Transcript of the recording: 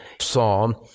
psalm